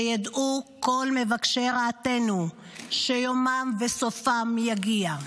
שידעו כל מבקשי רעתנו שיומם וסופם יגיע.